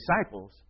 disciples